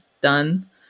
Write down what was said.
done